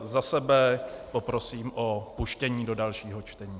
Za sebe poprosím o vpuštění do dalšího čtení.